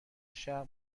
شرق